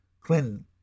Clinton